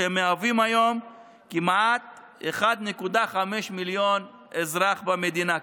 הם מהווים היום כמעט 1.5 מיליון אזרחים במדינה,